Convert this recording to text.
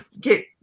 get